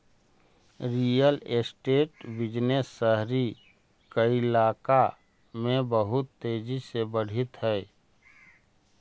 real estate business शहरी कइलाका में बहुत तेजी से बढ़ित हई